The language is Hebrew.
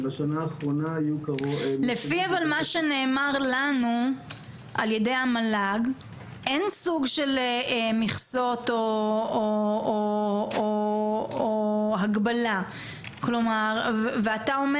לפי מה שנאמר לנו ע"י המל"ג אין סוג של מכסות או הגבלה ואתה אומר